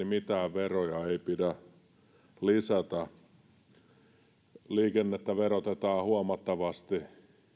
mitään veroja ei pidä lisätä liikennettä verotetaan huomattavasti